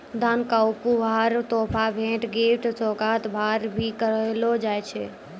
दान क उपहार, तोहफा, भेंट, गिफ्ट, सोगात, भार, भी कहलो जाय छै